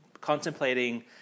contemplating